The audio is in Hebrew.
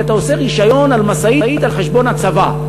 כי אתה עושה רישיון על משאית על חשבון הצבא,